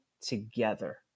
together